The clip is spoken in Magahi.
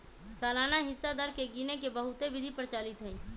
सालाना हिस्सा दर के गिने के बहुते विधि प्रचलित हइ